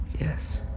Yes